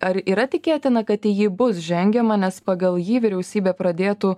ar yra tikėtina kad į jį bus žengiama nes pagal jį vyriausybė pradėtų